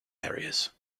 areas